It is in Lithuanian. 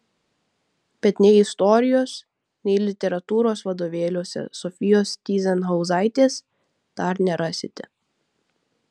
bet nei istorijos nei literatūros vadovėliuose sofijos tyzenhauzaitės dar nerasite